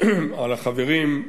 על החברים.